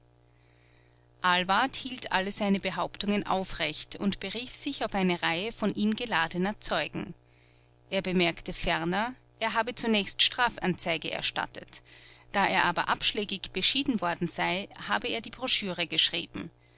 ahlwardt hielt alle seine behauptungen aufrecht und berief sich auf eine reihe von ihm geladener zeugen er bemerkte ferner er habe zunächst strafanzeige erstattet da er aber abschlägig beschieden worden sei habe er die broschüre geschrieben